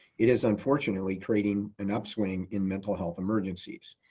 it is unfortunately creating an upswing in mental health emergencies.